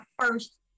first